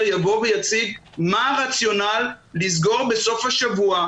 יבוא ויציג מה הרציונל לסגור בסוף השבוע,